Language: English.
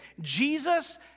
Jesus